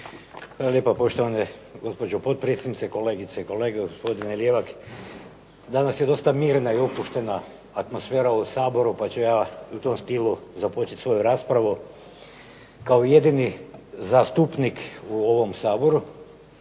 Hvala lijepo. Poštovana gospođo potpredsjednice, kolegice i kolege, gospodine Ljevak. Danas je dosta mirna i opuštena atmosfera u Saboru pa ću ja u tom stilu započeti svoju raspravu. Kao jedini zastupnik u ovom Saboru